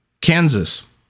Kansas